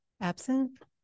Absent